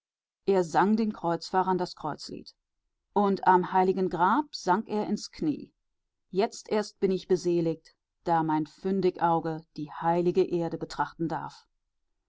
er sang den kreuzfahrern das kreuzlied und am heiligen grab sank er ins knie jetzt erst bin ich beseligt da mein sündig auge die heilige erde betrachten darf